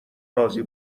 راضی